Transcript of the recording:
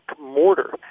mortar